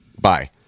Bye